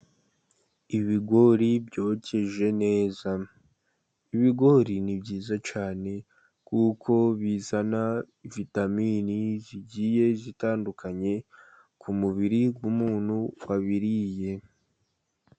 Ibigori byokeje neza, ibigori ni byiza cyane, kuko bizana vitamin zigiye zitandukanye, ku mubiri w'umuntu wabiriye.